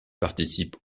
participe